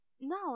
no